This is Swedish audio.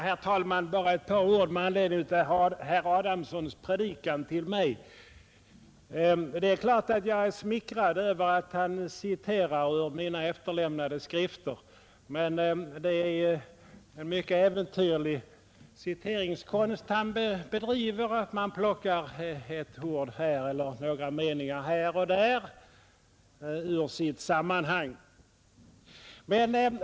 Herr talman! Bara ett par ord med anledning av herr Adamssons predikan till mig. Det är klart att jag är smickrad över att herr Adamsson citerar ur mina efterlämnade skrifter. Men det är en mycket äventyrlig citeringskonst han utövar när han plockar ett ord här och några meningar där ur deras sammanhang.